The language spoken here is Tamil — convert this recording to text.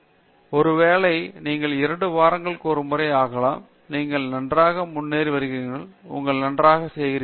ஒவ்வொரு வாரமும் ஆரம்பத்தில் மிகவும் நல்லது ஒருவேளை நீங்கள் 2 வாரங்களில் ஒருமுறை ஆகலாம் நீங்கள் நன்றாக முன்னேறி வருகிறீர்கள் நீங்கள் நன்றாக செய்கிறீர்கள்